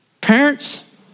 Parents